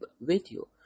video